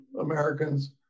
Americans